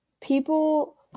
people